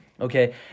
Okay